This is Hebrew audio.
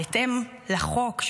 בהתאם לחוק,